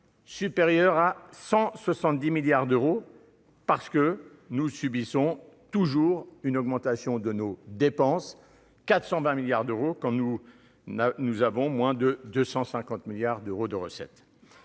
supérieur à 170 milliards d'euros, parce que nous subissons toujours une augmentation de nos dépenses : 420 milliards d'euros pour moins de 250 milliards d'euros de recettes.